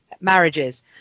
marriages